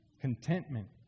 Contentment